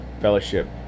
fellowship